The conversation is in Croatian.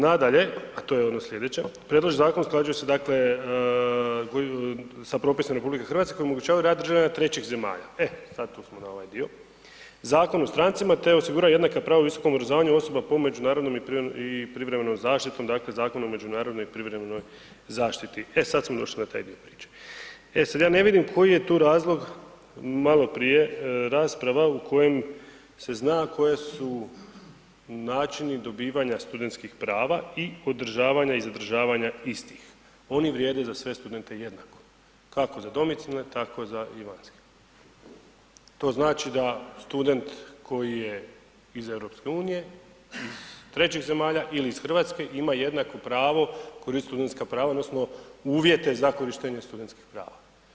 Nadalje, a to je ono slijedeća, predloženi zakon usklađuje se dakle sa propisima RH koji omogućavaju rad državljana trećih zemalja, e sad tu smo na ovaj dio, Zakon o strancima, te osigura jednaka prava visokom obrazovanju osoba po međunarodnom i privremenom zaštitom, dakle Zakonom o međunarodnoj i privremenoj zaštiti, e sad smo došli na taj dio priče, e sad ja ne vidim koji je tu razlog, maloprije rasprava u kojem se zna koje su načini dobivanja studentskih prava i održavanja i zadržavanja istih, oni vrijede za sve studente jednako, kako za domicilne, tako za i vanjske, to znači da student koji je iz EU, iz trećih zemalja ili iz RH ima jednako pravo koristiti studentska prava odnosno uvjete za korištenje studentskih prava.